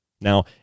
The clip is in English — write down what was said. Now